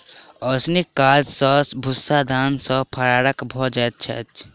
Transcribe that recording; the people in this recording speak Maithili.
ओसौनीक काज सॅ भूस्सा दाना सॅ फराक भ जाइत अछि